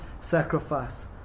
sacrifice